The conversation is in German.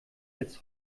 als